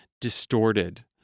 distorted